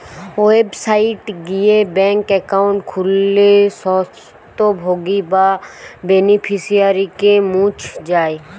website গিয়ে bank account খুললে স্বত্বভোগী বা বেনিফিশিয়ারিকে মুছ যায়